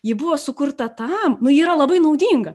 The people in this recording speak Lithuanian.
ji buvo sukurta tam nu ji yra labai naudinga